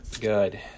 good